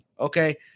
Okay